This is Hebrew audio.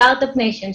ה-startup nation,